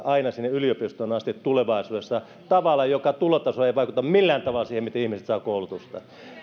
aina sinne yliopistoon asti tulevaisuudessa tavalla jossa tulotaso ei vaikuta millään tavalla siihen miten ihmiset saavat koulutusta